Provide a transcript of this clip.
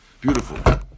Beautiful